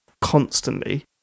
constantly